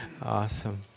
awesome